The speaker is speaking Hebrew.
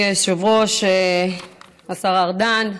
אדוני היושב-ראש, השר ארדן,